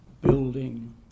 building